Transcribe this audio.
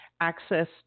access